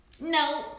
No